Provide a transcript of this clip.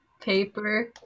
paper